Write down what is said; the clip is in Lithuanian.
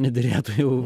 nederėtų jau